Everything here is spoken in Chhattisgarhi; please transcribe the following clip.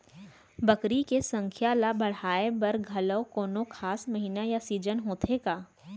बकरी के संख्या ला बढ़ाए बर घलव कोनो खास महीना या सीजन होथे का?